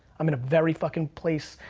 i'm in a very fucking place,